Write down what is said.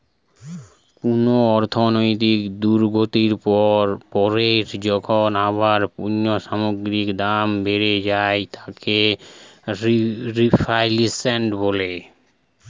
কুনো অর্থনৈতিক দুর্গতির পর পরই যখন আবার পণ্য সামগ্রীর দাম বেড়ে যায় তাকে রেফ্ল্যাশন বলে